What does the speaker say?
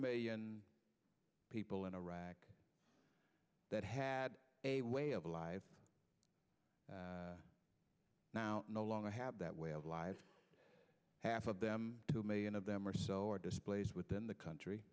million for people in iraq that had a way of alive now no longer have that way of life half of them two million of them or so are displaced within the country